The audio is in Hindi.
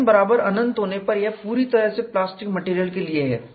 n बराबर अनंत होने पर यह पूरी तरह से प्लास्टिक मटेरियल के लिए है